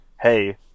hey